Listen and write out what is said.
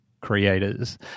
creators